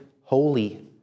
holy